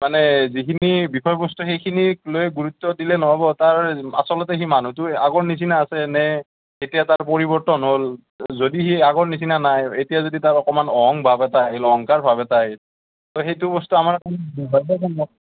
মানে যিখিনি বিষয়বস্তু সেইখিনিক লৈ গুৰুত্ব দিলে নহ'ব তাৰ আচলতে সি মানুহটোৰ আগৰ নিচিনা আছেনে এতিয়া তাৰ পৰিৱৰ্তন হ'ল যদি সি আগৰ নিচিনা নাই এতিয়া যদি তাৰ অকণমান অহং ভাৱ এটা আহিল অহংকাৰ ভাৱ এটা আহিল তো সেইটো বস্তু আমাৰ কাৰণে